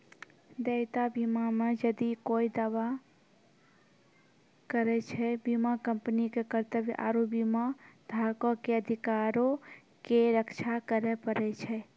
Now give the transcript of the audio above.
देयता बीमा मे जदि कोय दावा करै छै, बीमा कंपनी के कर्तव्य आरु बीमाधारको के अधिकारो के रक्षा करै पड़ै छै